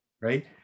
Right